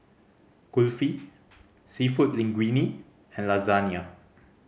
Kulfi Seafood Linguine and Lasagne